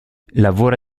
lavora